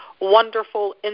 wonderful